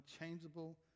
unchangeable